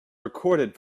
recorded